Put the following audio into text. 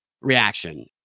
reaction